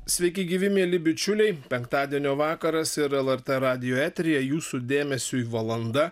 sveiki gyvi mieli bičiuliai penktadienio vakaras ir lrt radijo eteryje jūsų dėmesiui valanda